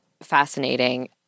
fascinating